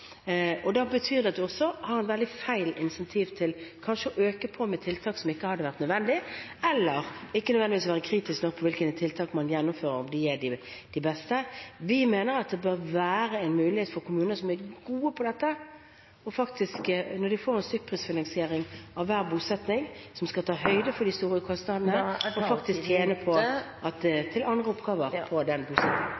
betyr også at man har et veldig feil incentiv til å øke på med tiltak som kanskje ikke hadde vært nødvendig, eller til ikke nødvendigvis å være kritisk nok til hvilke tiltak man gjennomfører, og om de er de beste. Vi mener at det bør være en mulighet for kommunene som er gode på dette, til faktisk – når de får en stykkprisfinansiering av hver bosetting, som skal ta høyde for de store kostnadene – å tjene på det